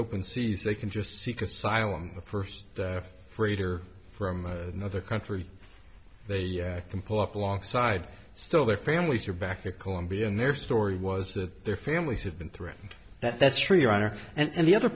open seas they can just seek asylum the first freighter from another country they can pull up alongside still their families are back to colombia and their story was that their families have been threatened that that's true your honor and the other